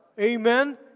Amen